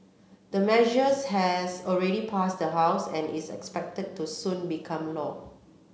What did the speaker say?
the measures has already passed the House and is expected to soon become law